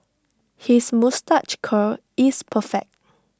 his moustache curl is perfect